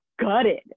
gutted